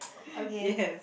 okay